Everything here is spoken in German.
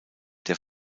der